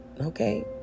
okay